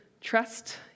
trust